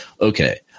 Okay